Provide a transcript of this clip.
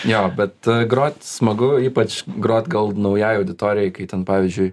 jo bet grot smagu ypač grot gal naujajai auditorijai kai ten pavyzdžiui